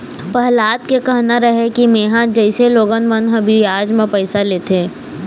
पहलाद के कहना रहय कि मेंहा जइसे लोगन मन ह बियाज म पइसा लेथे,